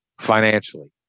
financially